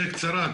בקצרה.